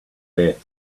beth